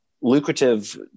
lucrative